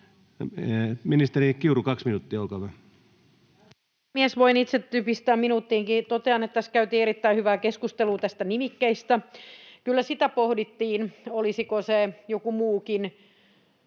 Content: Arvoisa herra puhemies! Voin itse typistää minuuttiinkin. Totean, että tässä käytiin erittäin hyvää keskustelua näistä nimikkeistä. Kyllä sitä pohdittiin, olisiko se joku muukin,